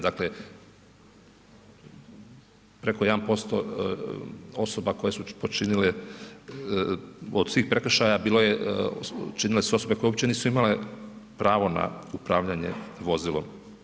Dakle preko 1% osoba koje su počinile od svih prekršaja bilo je, činile su osobe koje uopće nisu imale pravo na upravljanje vozilom.